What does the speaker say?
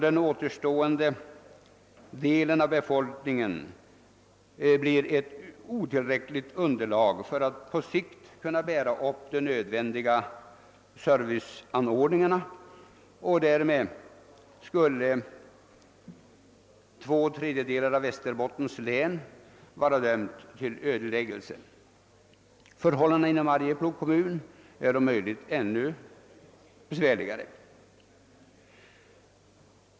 Den återstående delen av befolkningen blir icke tillräcklig som underlag för att på sikt kunna bära de nödvändiga serviceanordningarna, och därmed skulle två tredjedelar av Västerbottens län vara dömda att ödeläggas. Förhållandena inom Arjeplogs kommun är om möjligt ännu allvarligare.